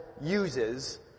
uses